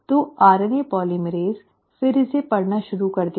तो RNA polymerase फिर इसे पढ़ना शुरू कर देगा